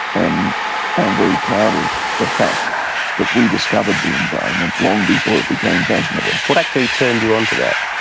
and i'm very proud of the fact that we discovered the environment long before it became fashionable. what actually turned you on to that?